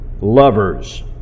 Lovers